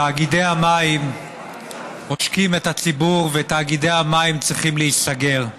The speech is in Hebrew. תאגידי המים עושקים את הציבור ותאגידי המים צריכים להיסגר.